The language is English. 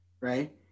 right